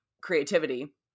creativity